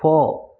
போ